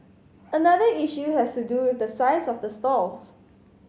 another issue has to do with the size of the stalls